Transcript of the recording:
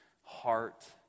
heart